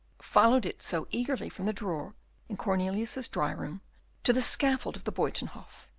followed it so eagerly from the drawer in cornelius's dry-room to the scaffold of the buytenhof,